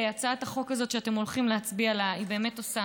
הצעת החוק הזאת שאתם הולכים להצביע עליה עושה